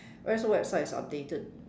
whereas website is updated